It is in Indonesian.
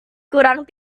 kurang